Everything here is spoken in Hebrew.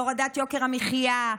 בהורדת יוקר המחיה,